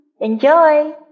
Enjoy